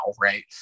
right